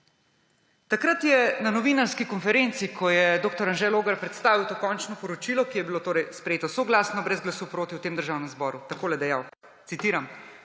Takrat je na novinarski konferenci, ko je dr. Anže Logar predstavil to končno poročilo, ki je bilo sprejeto soglasno, brez glasu proti v tem Državnem zboru, je takole dejal, citiram: